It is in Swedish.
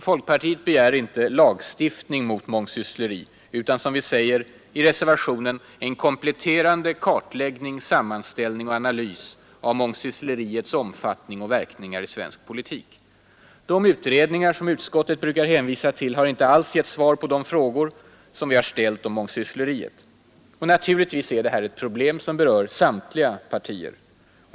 Folkpartiet begär inte lagstiftning mot mångsyssleri utan en ”kompletterande kartläggning, sammanställning och analys” av mångsyssleriets omfattning och verkningar i svensk politik. De utredningar som utskottet brukar hänvisa till har inte alls givit svar på de frågor som måste ställas om mångsyssleriet. Och naturligtvis är det här ett problem som berör samtliga partier.